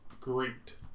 great